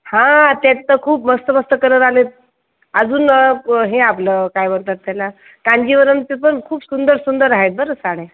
हां त्या तर खूप मस्त मस्त कलर आलेत अजून ब हे आपलं काय म्हणतात त्याला कांजीवरमचे पण खूप सुंदर सुंदर आहेत बरं साड्या